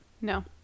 No